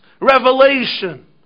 revelation